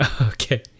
Okay